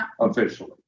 officially